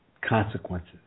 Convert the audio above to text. consequences